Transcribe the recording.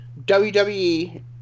WWE